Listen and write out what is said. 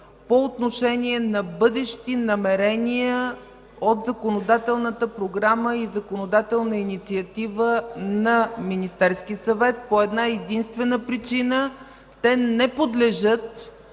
по отношение на бъдещи намерения от законодателната програма и законодателната инициатива на Министерския съвет по една-единствена причина – те не подлежат